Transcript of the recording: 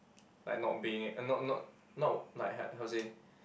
like not being uh not not not like how how to say